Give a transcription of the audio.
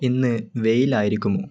ഇന്ന് വെയിൽ ആയിരിക്കുമോ